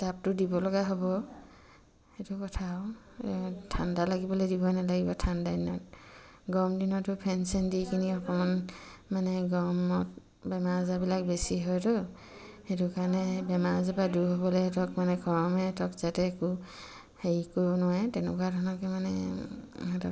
টো দিব লগা হ'ব সেইটো কথা আৰু ঠাণ্ডা লাগিবলে দিবই নেলাগিব ঠাণ্ডা দিনত গৰম দিনতো ফেন চেন দি কিনি অকণমান মানে গৰমত বেমাৰ আজাৰবিলাক বেছি হয়তো সেইটো কাৰণে বেমাৰ আজাৰৰ পৰা দূৰ হ'বলৈ সিহঁতক মানে গৰমে সিহঁতক যাতে একো হেৰি কৰিব নোৱাৰে তেনেকুৱা ধৰণকে মানে সিহঁতক